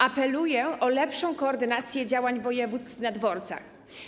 Apeluję o lepszą koordynację działań wojewódzkich na dworcach.